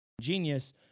genius